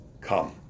Come